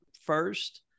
first